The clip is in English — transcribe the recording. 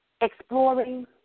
exploring